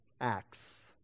acts